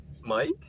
Mike